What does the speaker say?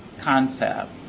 concept